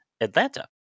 Atlanta